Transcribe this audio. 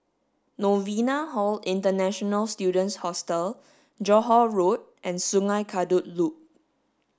Novena Hall International Students Hostel Johore Road and Sungei Kadut Loop